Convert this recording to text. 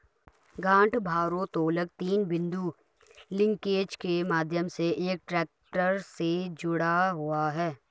गांठ भारोत्तोलक तीन बिंदु लिंकेज के माध्यम से एक ट्रैक्टर से जुड़ा हुआ है